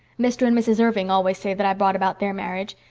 mr. and mrs. irving always say that i brought about their marriage.